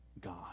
God